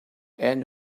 and